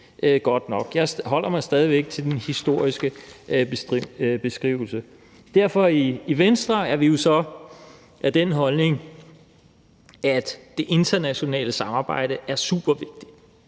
godt nok. Jeg holder mig stadig væk til den historiske beskrivelse. I Venstre er vi jo derfor af den holdning, at det internationale samarbejde er supervigtigt.